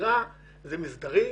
שגרה זה מסדרי נשק,